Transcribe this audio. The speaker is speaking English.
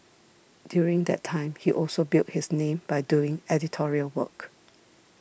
during that time he also built his name by doing editorial work